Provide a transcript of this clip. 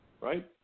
right